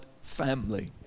family